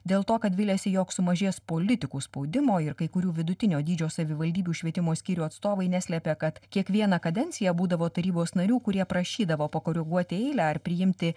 dėl to kad viliasi jog sumažės politikų spaudimo ir kai kurių vidutinio dydžio savivaldybių švietimo skyrių atstovai neslepė kad kiekvieną kadenciją būdavo tarybos narių kurie prašydavo pakoreguoti eilę ar priimti